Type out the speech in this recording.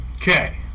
Okay